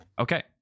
Okay